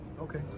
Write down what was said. Okay